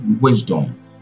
wisdom